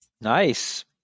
Nice